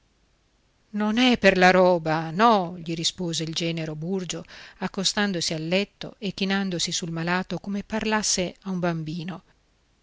non è per la roba no gli rispose il genero burgio accostandosi al letto e chinandosi sul malato come parlasse a un bambino